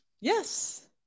Yes